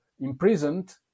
imprisoned